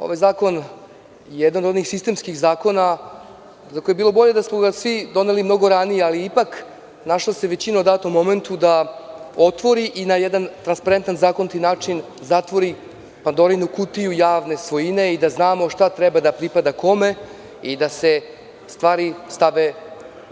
Ovaj zakon je jedan od onih sistemskih zakona za koje bi bilo bolje da smo ga svi doneli mnogo ranije, ali ipak našla se većina u datom momentu da otvori i na jedan transparentan zakoniti način zatvori Pandorinu kutiju javne svojine i da znamo šta treba da pripada kome i da se stvari stave